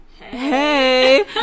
Hey